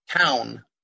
town